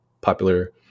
popular